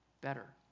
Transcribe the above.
Better